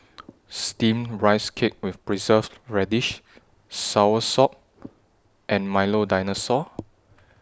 Steamed Rice Cake with Preserved Radish Soursop and Milo Dinosaur